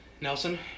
Nelson